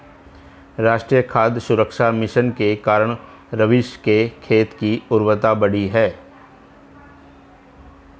राष्ट्रीय खाद्य सुरक्षा मिशन के कारण रवीश के खेत की उर्वरता बढ़ी है